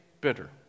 bitter